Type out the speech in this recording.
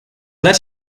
let